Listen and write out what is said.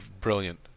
brilliant